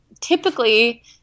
typically